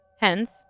hence